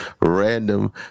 random